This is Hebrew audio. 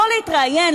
לא להתראיין,